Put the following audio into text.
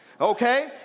Okay